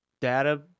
data